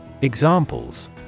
Examples